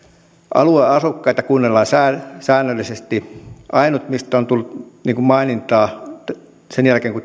alueen asukkaita kuunnellaan säännöllisesti ainoat mistä on tullut mainintaa sen jälkeen kun